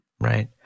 Right